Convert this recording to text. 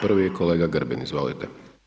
Prvi je kolega Grbin, izvolite.